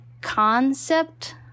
concept